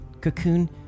cocoon